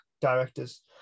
directors